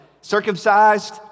circumcised